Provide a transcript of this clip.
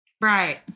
Right